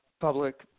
Public